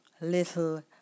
little